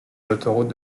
l’autoroute